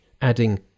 adding